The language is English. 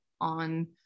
on